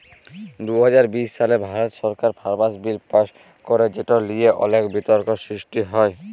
দু হাজার বিশ সালে ভারত সরকার ফার্মার্স বিল পাস্ ক্যরে যেট লিয়ে অলেক বিতর্ক সৃষ্টি হ্যয়